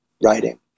writing